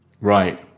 Right